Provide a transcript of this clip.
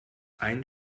ein